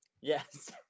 yes